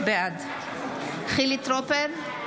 בעד חילי טרופר,